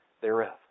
thereof